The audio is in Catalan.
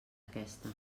aquesta